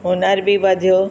हुनर बि वधियो